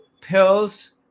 pills